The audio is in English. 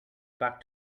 back